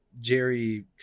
Jerry